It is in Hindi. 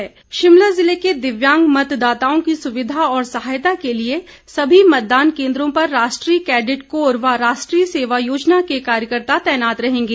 डीसी शिमला शिमला जिले के दिव्यांग मतदाताओं की सुविधा और सहायता के लिए सभी मतदान केन्दों पर राष्ट्रीय कैडिट कोर व राष्ट्रीय सेवा योजना के कार्यकर्ता तैनात रहेंगे